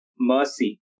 mercy